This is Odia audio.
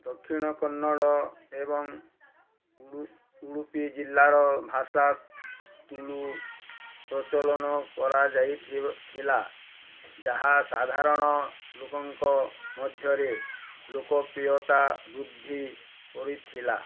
ଦକ୍ଷିଣ କନ୍ନଡ଼ ଏବଂ ଉଡ଼ୁପି ଜିଲ୍ଲାର ଭାଷା ତୁଳୁ ପ୍ରଚଳନ କରାଯାଇ ଥିଲା ଯାହା ସାଧାରଣ ଲୁକଙ୍କ ମଧ୍ୟରେ ଲୋକପ୍ରିୟତା ବୃଦ୍ଧି କରିଥିଲା